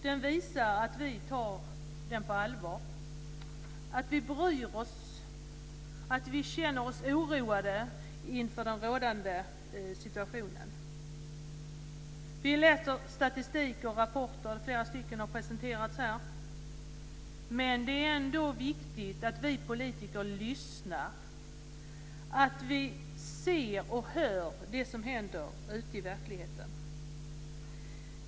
Det visar att vi tar frågan på allvar och att vi bryr oss och känner oss oroade inför rådande situation. Vi kan läsa statistik och även rapporter - flera har presenterats här - men det är också viktigt att vi politiker lyssnar - att vi ser och hör vad som händer ute i verkligheten.